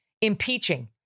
impeaching